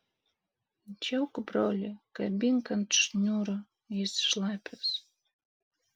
džiauk brolį kabink ant šniūro jis šlapias